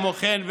כמו כן,